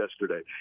yesterday